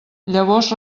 llavors